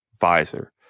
visor